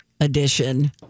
Edition